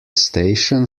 station